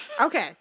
Okay